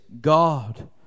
God